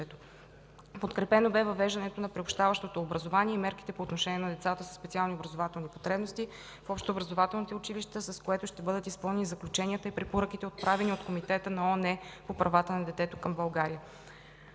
Подкрепено бе въвеждането на приобщаващото образование и мерките по отношение на децата със специални образователни потребности в общообразователните училища, с което ще бъдат изпълнени заключенията и препоръките, отправени от Комитета на ООН по правата на детето към България.